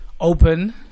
open